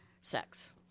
Sex